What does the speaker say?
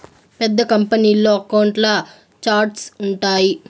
పెద్ద కంపెనీల్లో అకౌంట్ల ఛార్ట్స్ ఉంటాయి